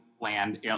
land